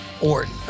Orton